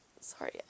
Sorry